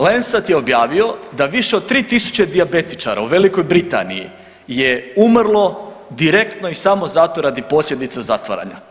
Lancet je objavio da više od 3000 dijabetičara u Velikoj Britaniji je umrlo direktno i samo zato radi posljedica zatvaranja.